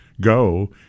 go